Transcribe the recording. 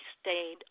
stayed